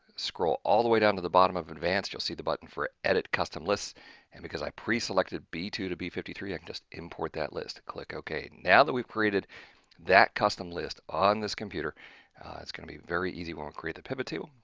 scroll all the way down to the bottom of advanced and you'll see the button for edit custom lists and because i pre-selected b two to b five three i can just import that list. click ok. now that we've created that custom list on this computer it's going to be very easy when we create the pivot table.